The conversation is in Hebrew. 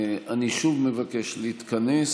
אני שוב מבקש להתכנס